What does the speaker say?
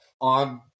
on